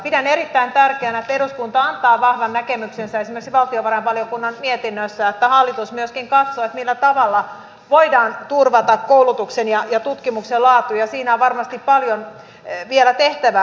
pidän erittäin tärkeänä että eduskunta antaa vahvan näkemyksensä esimerkiksi valtiovarainvaliokunnan mietinnössä että hallitus myöskin katsoo millä tavalla voidaan turvata koulutuksen ja tutkimuksen laatu ja siinä on varmasti paljon vielä tehtävää